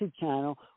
channel